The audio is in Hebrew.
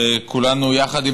כשכולנו יחד,